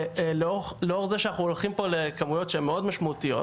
לאור זה שהולכים על כמויות שהן מאוד משמעותיות,